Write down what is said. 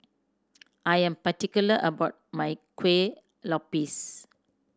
I am particular about my Kueh Lopes